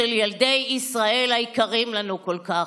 של ילדי ישראל, היקרים לנו כל כך.